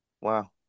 wow